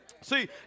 See